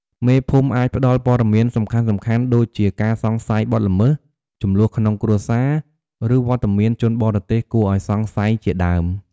មេភូមិអាច ផ្ដល់ព័ត៌មានសំខាន់ៗ ដូចជាការសង្ស័យបទល្មើស ជម្លោះក្នុងគ្រួសារ ឬវត្តមានជនបរទេសគួរឱ្យសង្ស័យជាដើម។